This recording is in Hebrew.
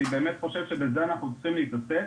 אני באמת חושב שבזה אנחנו צריכים להתעסק,